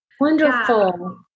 Wonderful